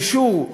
אישור,